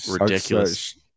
ridiculous